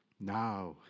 Now